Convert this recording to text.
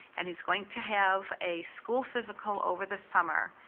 and he's going to have a school physical over the summer,